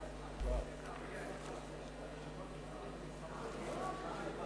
ביום ט' בתמוז התשס"ט (1 ביולי 2009):